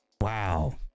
wow